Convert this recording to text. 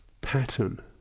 pattern